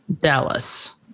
Dallas